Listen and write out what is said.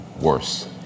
worse